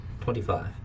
Twenty-five